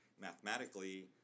mathematically